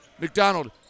McDonald